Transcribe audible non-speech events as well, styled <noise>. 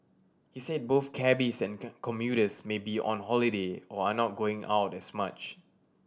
he said both cabbies and <unintelligible> commuters may be on holiday or are not going out as much